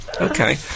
Okay